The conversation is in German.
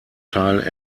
teil